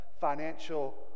financial